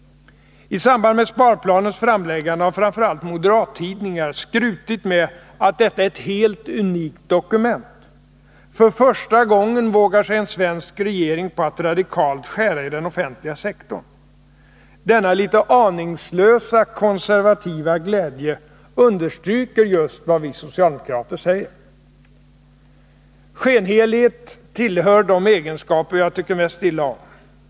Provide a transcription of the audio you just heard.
I samband med sparplanens framläggande har framför allt moderattid ningar skrutit med att detta är ett helt unikt dokument. För första gången vågar sig en svensk regering på att radikalt skära i den offentliga sektorn. Denna litet aningslösa konservativa glädje understryker just vad vi socialdemokrater säger. Skenhelighet tillhör de egenskaper jag tycker mest illa om.